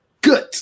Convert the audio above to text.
good